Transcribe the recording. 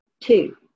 Two